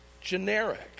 generic